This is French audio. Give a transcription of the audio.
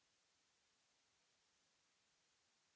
Merci